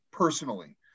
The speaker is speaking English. personally